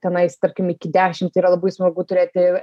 tenais tarkim iki dešimt yra labai smagu turėti